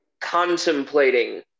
contemplating